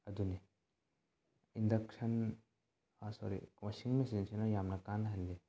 ꯑꯗꯨꯅꯤ ꯏꯟꯗꯛꯁꯟ ꯁꯣꯔꯤ ꯋꯥꯁꯤꯡ ꯃꯦꯆꯤꯟꯁꯤꯅ ꯌꯥꯝꯅ ꯀꯥꯟꯅꯍꯜꯂꯤ